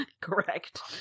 Correct